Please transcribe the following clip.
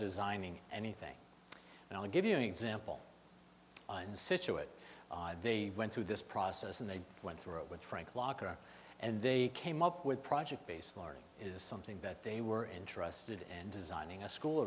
designing anything and i'll give you an example on the situ it they went through this process and they went through it with frank locker and they came up with project based learning is something that they were interested and designing a school